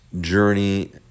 journey